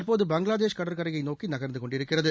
தற்போது பங்களாதேஷ் கடற்கரையை நோக்கி நகர்ந்து கொண்டிருக்கிறது